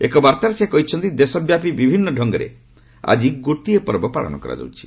ଏକ ବାର୍ତ୍ତାରେ ସେ କହିଛନ୍ତି ଦେଶବ୍ୟାପୀ ବିଭିନ୍ନ ଢଙ୍ଗରେ ଆଜି ଗୋଟିଏ ପର୍ବ ପାଳନ କରାଯାଉଛି